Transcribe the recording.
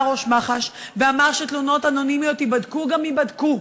בא ראש מח"ש ואמר שתלונות אנונימיות ייבדקו גם ייבדקו,